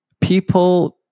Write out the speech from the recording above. people